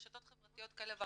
רשתות חברתיות כאלה ואחרות.